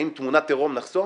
האם תמונת עירום נחסום?